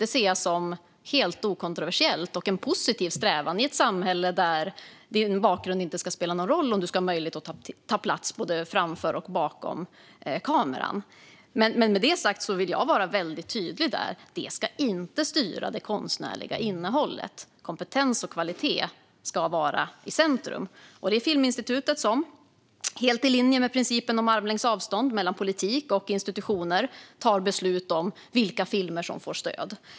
Det ser jag som helt okontroversiellt och som en positiv strävan i ett samhälle där din bakgrund inte ska spela någon roll för dina möjligheter att ta plats både framför och bakom kameran. Med det sagt vill jag vara tydlig där: Det ska inte styra det konstnärliga innehållet. Kompetens och kvalitet ska vara i centrum. Det är Filminstitutet som, helt i linje med principen om armlängds avstånd mellan politik och institutioner, fattar beslut om vilka filmer som får stöd.